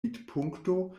vidpunkto